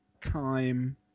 time